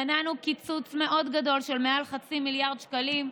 מנענו קיצוץ מאוד גדול של מעל 0.5 מיליארד שקלים,